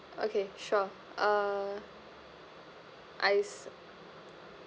okay sure uh I